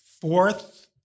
Fourth